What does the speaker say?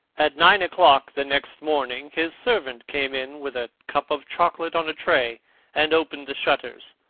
at nine o'clock the next morning his servant came in with a cup of chocolate on a tray and opened the shutters.